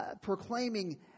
proclaiming